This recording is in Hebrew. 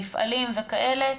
מפעלים וכאלה,